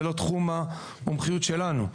זה לא תחום המומחיות שלנו.